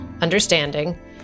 understanding